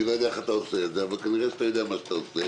אני לא יודע איך אתה עושה את זה אבל כנראה שאתה יודע מה אתה עושה.